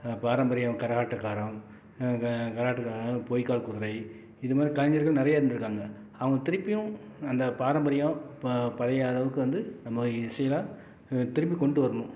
பாரம்பரியம் கரகாட்டக்காரம் க கரகாட்டக்காரம் பொய்க்கால் குதிரை இது மாதிரி கலைஞர்கள் நிறைய இருந்திருக்காங்க அவங்க திருப்பியும் அந்த பாரம்பரியம் ப பழைய அளவுக்கு வந்து நம்ம இசைலாம் திரும்பி கொண்டுட்டு வரணும்